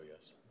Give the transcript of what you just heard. Yes